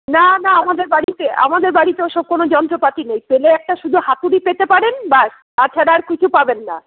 না না আমাদের বাড়িতে আমাদের বাড়িতে ওসব কোনো যন্ত্রপাতি নেই পেলে একটা শুধু হাতুড়ি পেতে পারেন ব্যাস তাছাড়া আর কিছু পাবেন না